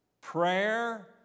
prayer